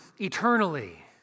eternally